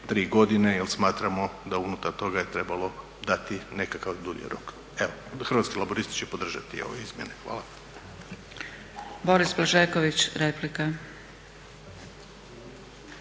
tri godine jer smatramo da unutar toga je trebalo dati nekakav dulji rok. Hrvatski laburisti će podržati ove izmjene. Hvala. **Zgrebec, Dragica